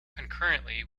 concurrently